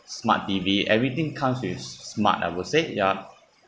smart T_V everything comes with smart I would say ya